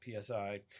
PSI